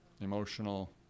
emotional